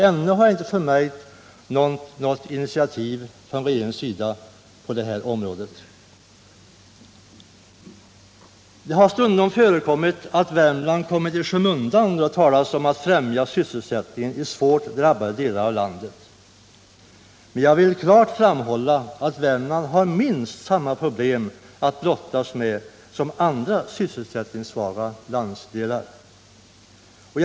Ännu har jag inte förmärkt något sådant initiativ från regeringens sida på det här området. Det har stundom förekommit att Värmland kommit i skymundan då det har talats om att främja sysselsättningen i svårt drabbade delar av landet. Men jag vill klart framhålla att Värmland har minst samma problem att brottas med som andra sysselsättningssvaga landsdelar.